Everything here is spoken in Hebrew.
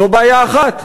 זו בעיה אחת.